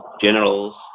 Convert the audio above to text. generals